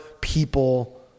people